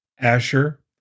Asher